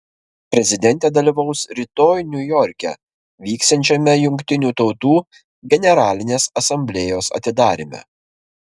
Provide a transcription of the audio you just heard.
prezidentė dalyvaus rytoj niujorke vyksiančiame jungtinių tautų generalinės asamblėjos atidaryme